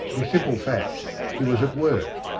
in simple fact he was at work.